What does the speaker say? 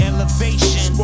Elevation